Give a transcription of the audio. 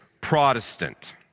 Protestant